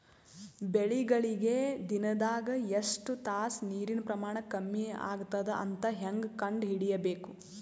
ಬೆಳಿಗಳಿಗೆ ದಿನದಾಗ ಎಷ್ಟು ತಾಸ ನೀರಿನ ಪ್ರಮಾಣ ಕಮ್ಮಿ ಆಗತದ ಅಂತ ಹೇಂಗ ಕಂಡ ಹಿಡಿಯಬೇಕು?